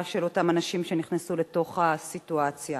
של אותם אנשים שנכנסו לתוך הסיטואציה.